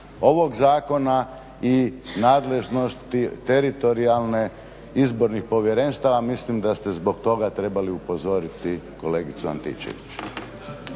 ovog zakona i nadležnosti teritorijalne izbornih povjerenstava. Mislim da ste zbog toga trebali upozoriti kolegicu Antičević.